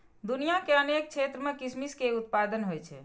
दुनिया के अनेक क्षेत्र मे किशमिश के उत्पादन होइ छै